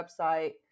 website